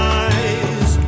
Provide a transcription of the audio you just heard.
eyes